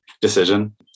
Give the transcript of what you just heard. decision